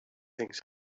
things